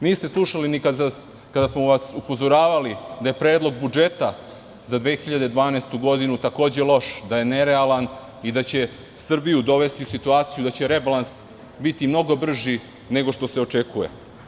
Niste slušali ni kada smo vas upozoravali da je Predlog budžeta za 2012. godinu takođe loš, da je nerealan i da će Srbiju dovesti u situaciju da će rebalans biti mnogo brži nego što se očekuje.